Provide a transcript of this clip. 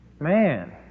Man